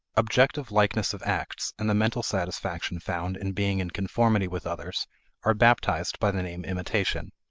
objective likeness of acts and the mental satisfaction found in being in conformity with others are baptized by the name imitation.